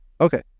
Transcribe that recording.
Okay